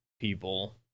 people